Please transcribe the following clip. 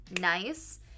nice